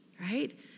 right